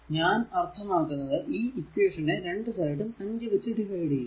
ഞാൻ അർത്ഥമാക്കുന്നത് ഈ ഇക്വേഷന്റെ രണ്ടു സൈഡും 5 വച്ച് ഡിവൈഡ് ചെയ്യുക